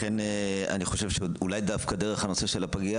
לכן אני חושב שאולי דווקא דרך הנושא של הפגייה